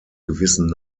gewissen